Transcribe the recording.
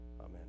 Amen